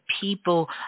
people